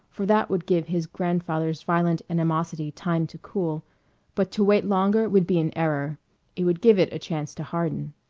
for that would give his grandfather's violent animosity time to cool but to wait longer would be an error it would give it a chance to harden.